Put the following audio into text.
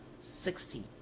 sixty